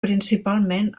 principalment